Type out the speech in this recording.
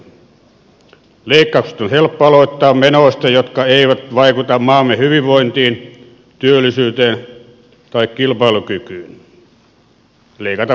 leikkaukset on helppo aloittaa menoista jotka eivät vaikuta maamme hyvinvointiin työllisyyteen tai kilpailukykyyn